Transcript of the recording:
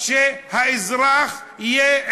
את לא יכולה,